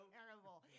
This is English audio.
Terrible